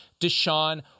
Deshaun